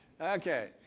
Okay